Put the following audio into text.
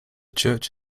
church